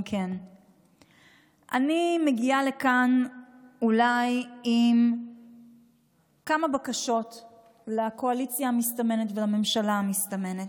אני מגיעה לכאן אולי עם כמה בקשות לקואליציה ולממשלה המסתמנות: